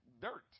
dirt